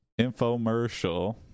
Infomercial